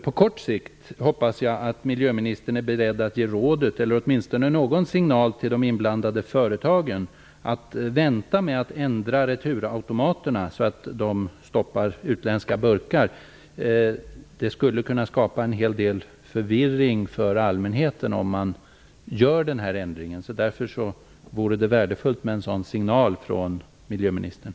På kort sikt hoppas jag att miljöministern är beredd att ge rådet eller åtminstone någon signal till de inblandade företagen att vänta med att ändra returautomaterna så att de stoppar utländska burkar. Det skulle kunna skapa en hel del förvirring hos allmänheten om man gör den här ändringen. Därför vore det värdefullt med en sådan signal från miljöministern.